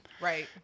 Right